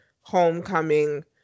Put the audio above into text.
Homecoming